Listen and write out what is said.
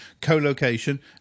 co-location